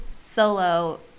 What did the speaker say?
solo